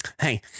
hey